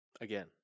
Again